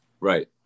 right